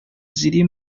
ziri